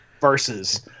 versus